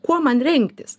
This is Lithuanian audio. kuo man rengtis